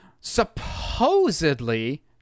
supposedly